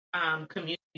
community